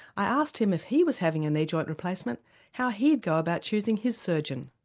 i asked him if he was having a knee joint replacement how he'd go about choosing his surgeon.